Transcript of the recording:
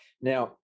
now